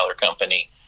company